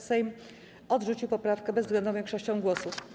Sejm odrzucił poprawkę bezwzględną większością głosów.